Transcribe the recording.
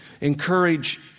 encourage